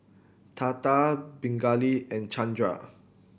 Tata Pingali and Chandra